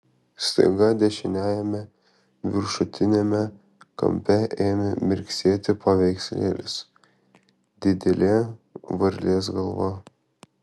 staiga dešiniajame viršutiniame kampe ėmė mirksėti paveikslėlis didelė varlės galva